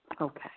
Okay